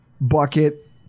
bucket